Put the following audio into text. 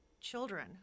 children